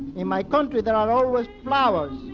in my country, there are always flowers.